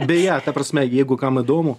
beje ta prasme jeigu kam įdomu